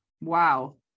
Wow